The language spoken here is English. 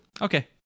Okay